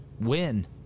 win